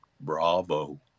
bravo